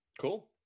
Cool